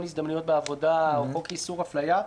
הזדמנויות בעבודה או חוק איסור אפליה,